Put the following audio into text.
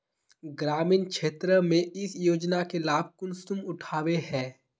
ग्रामीण क्षेत्र में इस योजना के लाभ कुंसम उठावे है?